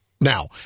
Now